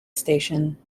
station